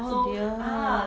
oh dear